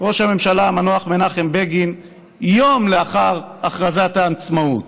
ראש הממשלה המנוח מנחם בגין יום לאחר הכרזת העצמאות.